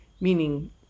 meaning